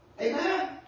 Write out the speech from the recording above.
Amen